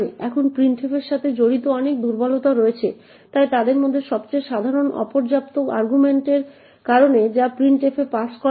এখন প্রিন্টএফ এর সাথে জড়িত অনেক দুর্বলতা রয়েছে তাই তাদের মধ্যে সবচেয়ে সাধারণ হল অপর্যাপ্ত আর্গুমেন্টের কারণে যা printf এ পাস করা হয়